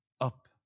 Up